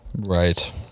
Right